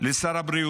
לשר הבריאות,